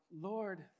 Lord